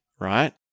Right